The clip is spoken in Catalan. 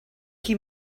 qui